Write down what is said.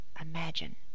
imagine